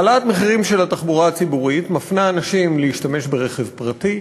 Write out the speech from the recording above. העלאת המחירים של התחבורה הציבורית מפנה אנשים להשתמש ברכב פרטי,